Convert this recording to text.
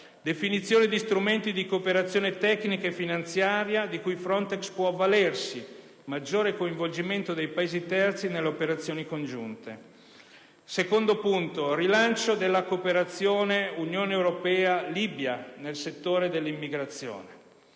definizione di strumenti di cooperazione tecnica e finanziaria di cui Frontex può avvalersi; maggior coinvolgimento dei Paesi terzi nelle operazioni congiunte. Rilancio della cooperazione Unione europea-Libia nel settore dell'immigrazione: